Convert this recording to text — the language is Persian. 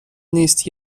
نیست